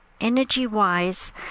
energy-wise